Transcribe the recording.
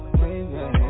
baby